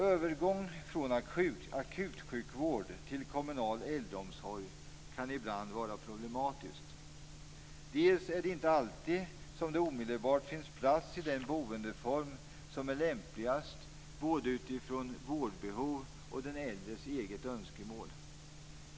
Övergången från akutsjukvård till kommunal äldreomsorg kan ibland vara problematisk. Dels är det inte alltid som det omedelbart finns plats i den boendeform som är lämpligast utifrån både vårdbehov och den äldres eget önskemål.